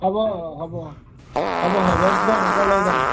হ'ব হ'ব হ'ব হেভেলছ বা এংকৰ লৈ যাম